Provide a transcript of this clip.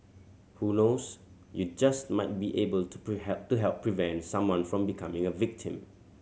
who knows you just might be able to help to help prevent someone from becoming a victim